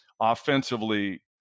offensively